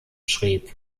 schrieb